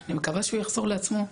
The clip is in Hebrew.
אני מקווה שהוא יחזור לעצמו.